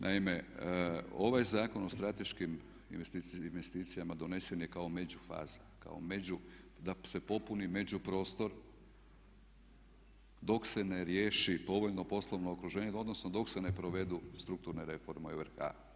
Naime, ovaj zakon o strateškim investicijama donesen je kao međufaza, kao među, da se popuni među prostor dok se ne riješi povoljno poslovno okruženje odnosno dok se ne provedu strukturne reforme u RH.